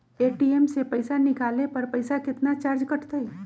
ATM से पईसा निकाले पर पईसा केतना चार्ज कटतई?